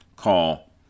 Call